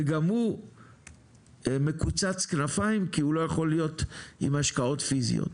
וגם הוא מקוצץ כנפיים כי הוא לא יכול להיות עם השקעות פיזיות,